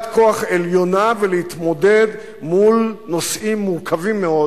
כוח עליונה ולהתמודד מול נושאים מורכבים מאוד